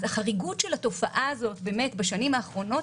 אז החריגות של התופעה הזאת בשנים האחרונות